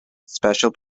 special